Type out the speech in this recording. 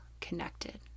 connected